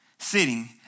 sitting